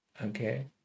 Okay